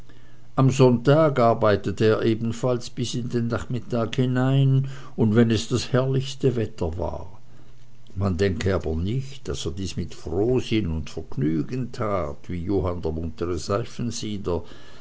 am sonntag arbeitete er ebenfalls bis in den nachmittag hinein und wenn es das herrlichste wetter war man denke aber nicht daß er dies mit frohsinn und vergnügen tat wie johann der muntere